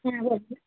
হ্যাঁ বলছি